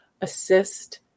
assist